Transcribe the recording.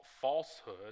falsehood